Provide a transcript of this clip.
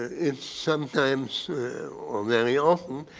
if sometimes, or very often,